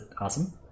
awesome